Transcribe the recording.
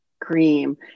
cream